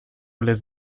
les